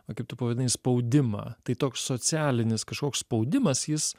na kaip tu pavadinai spaudimą tai toks socialinis kažkoks spaudimas jis